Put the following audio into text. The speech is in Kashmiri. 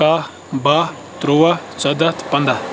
کاہ باہ تُرٛواہ ژۄداہ تہٕ پنٛداہ